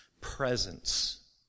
presence